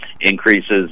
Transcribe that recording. Increases